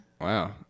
Wow